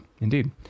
Indeed